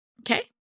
Okay